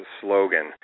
slogan